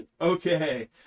Okay